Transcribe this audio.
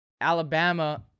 Alabama